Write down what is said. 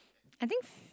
I think